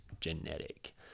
genetic